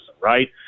right